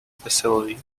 facility